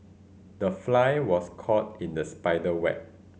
the fly was caught in the spider web